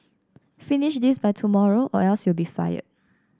finish this by tomorrow or else you'll be fired